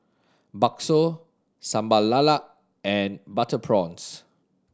bakso Sambal Lala and butter prawns